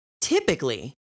Typically